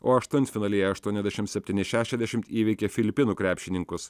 o aštuntfinalyje aštuoniasdešim septyni šešiasdešimt įveikė filipinų krepšininkus